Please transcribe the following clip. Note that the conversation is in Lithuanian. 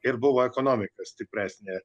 ir buvo ekonomika stipresnė